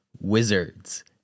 wizards